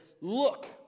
look